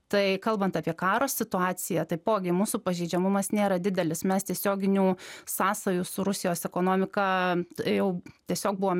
tai kalbant apie karo situaciją taipogi mūsų pažeidžiamumas nėra didelis mes tiesioginių sąsajų su rusijos ekonomika jau tiesiog buvom